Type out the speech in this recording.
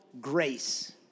grace